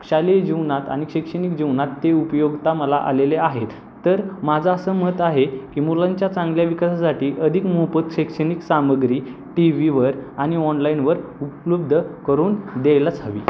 शालेय जीवनात आणि शैक्षणिक जीवनात ते उपयोगता मला आलेले आहेत तर माझं असं मत आहे की मुलांच्या चांगल्या विकासासाठी अधिक मोफत शैक्षणिक सामग्री टी व्हीवर आणि ऑनलाईनवर उपलब्ध करून द्यायलाच हवी